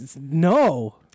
no